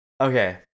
Okay